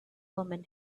woman